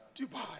Dubai